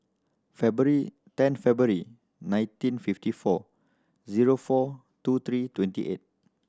February ten February nineteen fifty four zero four two three twenty eight